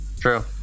True